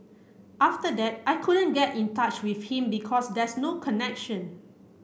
after that I couldn't get in touch with him because there's no connection